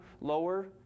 lower